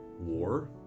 war